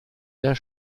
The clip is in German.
der